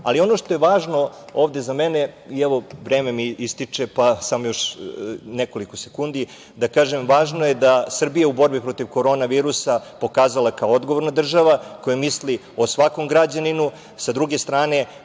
što je važno ovde za mene, vreme mi ističe pa samo još nekoliko sekundi, jeste to da se Srbija u borbi protiv korona virusa pokazala kao odgovorna država, koja misli o svakom građaninu. Sa druge strane,